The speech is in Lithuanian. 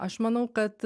aš manau kad